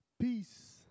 peace